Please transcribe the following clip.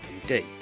indeed